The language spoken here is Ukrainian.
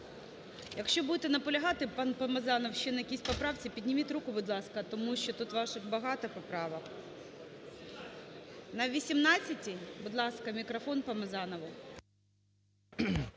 Якщо будете наполягати, пан Памазанов ще на якійсь поправці підніміть руку, будь ласка, тому що тут ваших багато поправок. На 18-й, будь ласка, мікрофон, Помазанову.